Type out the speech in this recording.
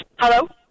Hello